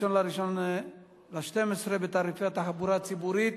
בינואר 2012 בתעריפי התחבורה הציבורית.